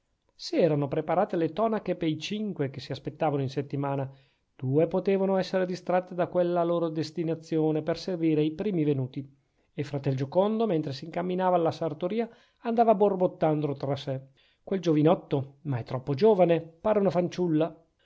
si erano preparate le tonache pei cinque che si aspettavano in settimana due potevano essere distratte da quella loro destinazione per servire ai primi venuti e fratel giocondo mentre s'incamminava alla sartoria andava borbottando tra sè quel giovinotto ma è troppo giovane pare una fanciulla